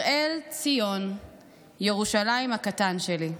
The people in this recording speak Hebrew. הראל ציון ירושלים הקטן שלי.